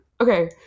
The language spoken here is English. okay